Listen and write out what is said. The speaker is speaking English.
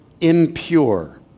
impure